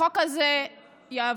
החוק הזה יעבור,